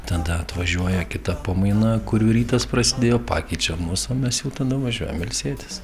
tada atvažiuoja kita pamaina kurių rytas prasidėjo pakeičia mus o mes jau ten nuvažiuojam ilsėtis